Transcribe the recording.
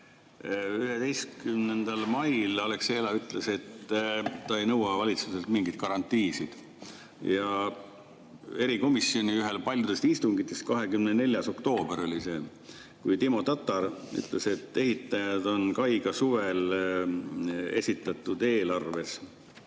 11. mail Alexela ütles, et ta ei nõua valitsuselt mingeid garantiisid. Ja ühel erikomisjoni paljudest istungitest, 24. oktoober oli see, ütles Timo Tatar, et ehitajad on kai puhul suvel esitatud eelarve